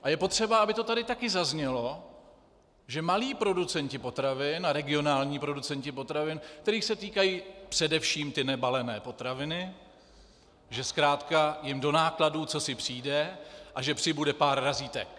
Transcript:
A je potřeba, aby to tady taky zaznělo, že malí producenti potravin, regionální producenti potravin, kterých se týkají především nebalené potraviny, že jim zkrátka do nákladů cosi přijde a přibude pár razítek.